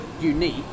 unique